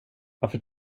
varför